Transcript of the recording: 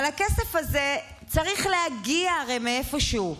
אבל התקציב הזה הרי צריך להגיע מאיפשהו.